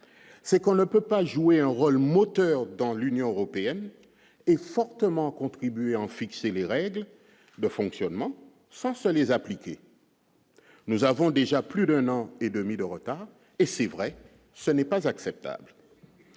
c'est qu'on ne peut pas jouer un rôle moteur dans l'Union européenne est fortement contribué à en fixer les règles de fonctionnement sans se les appliquer. Nous avons déjà plus d'un an et demi de retard et c'est vrai, ce n'est pas acceptable